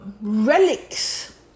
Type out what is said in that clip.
relics